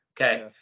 okay